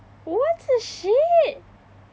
what the shit